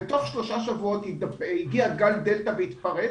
ותוך שלושה שבועות הגיע גל דלתא והתפרץ.